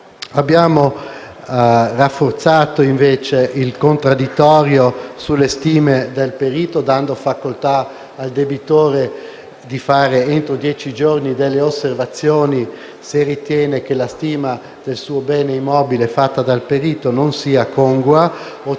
Abbiamo rafforzato, invece, il contraddittorio sulle stime del perito, dando facoltà al debitore di fare, entro dieci giorni, delle osservazioni, se ritiene che la stima del suo immobile fatta dal perito non sia congrua o